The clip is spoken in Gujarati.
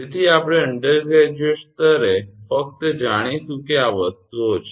તેથી આપણે અંડરગ્રેજ્યુએટ સ્તરે ફક્ત જાણીશું કે કે આ વસ્તુઓ છે